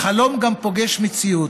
החלום גם פוגש מציאות,